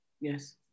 Yes